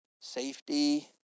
Safety